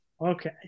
Okay